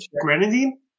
grenadine